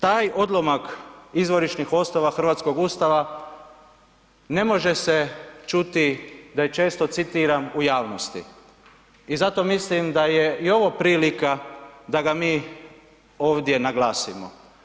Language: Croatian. Taj odlomak izvorišnih osnova hrvatskog Ustava ne može se čuti da je često citiran u javnosti i zato mislim da je i ovo prilika da ga mi ovdje naglasimo.